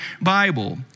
Bible